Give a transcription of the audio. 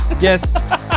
yes